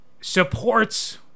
supports